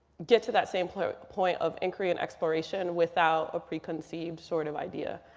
get to that same point point of inquiry and exploration without a preconceived sort of idea.